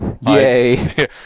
yay